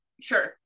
Sure